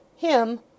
Him